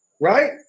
right